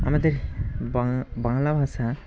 আমাদের বাং বাংলা ভাষা